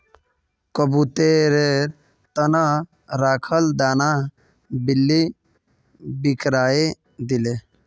कबूतरेर त न रखाल दाना बिल्ली बिखरइ दिले